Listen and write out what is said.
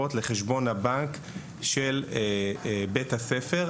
ישירות לחשבון הבנק של בית הספר,